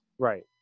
Right